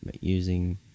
using